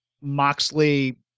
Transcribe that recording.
Moxley